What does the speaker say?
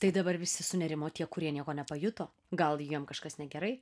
tai dabar visi sunerimo tie kurie nieko nepajuto gal jiem kažkas negerai